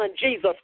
Jesus